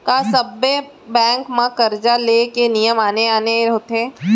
का सब बैंक म करजा ले के नियम आने आने होथे?